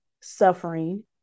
suffering